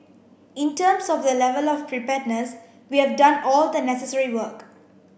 in terms of the level of preparedness we have done all the necessary work